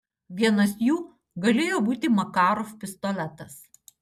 vienas jų galėjo būti makarov pistoletas